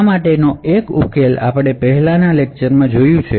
આ માટેનો એક ઉકેલો આપણે પહેલાનાં લેક્ચરમાં જોયો છે